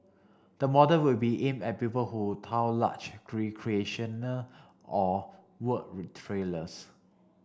the model will be aimed at people who tow large recreational or work trailers